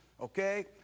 okay